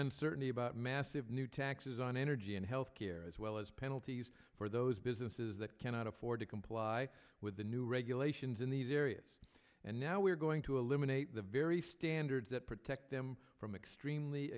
uncertainty about massive new taxes on energy and health care as well as penalties for those businesses that cannot afford to comply with the new regulations in these areas and now we're going to eliminate the very standards that protect them from extremely